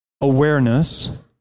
awareness